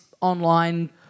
online